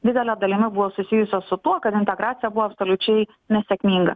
didele dalimi buvo susijusios su tuo kad integracija buvo absoliučiai nesėkminga